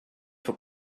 for